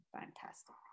fantastic